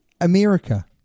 America